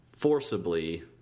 forcibly